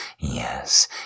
yes